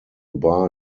bar